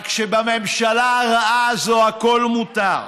רק שבממשלה הרעה הזאת הכול מותר.